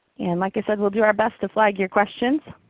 and like i said we'll do our best to flag your questions.